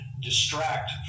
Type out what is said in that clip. distract